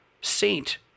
saint